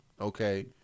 Okay